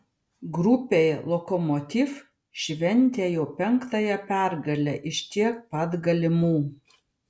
grupėje lokomotiv šventė jau penktąją pergalę iš tiek pat galimų